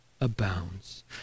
abounds